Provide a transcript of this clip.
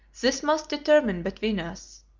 this must determine between us.